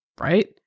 Right